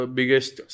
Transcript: biggest